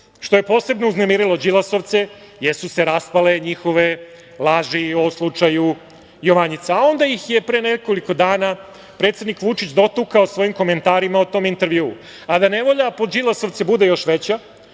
što je posebno uznemirilo Đilasovce, jer su se raspale njihove laži i o slučaju Jovanjica. Onda ih je pre nekoliko dana predsednik Vučić dotukao svojim komentarima o tom intervjuu. Da ne volja po Đilasovce bude još veća,